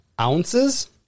Ounces